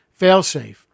Failsafe